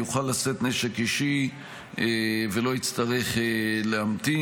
יוכל לשאת נשק אישי ולא יצטרך להמתין,